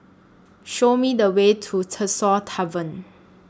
Show Me The Way to Tresor Tavern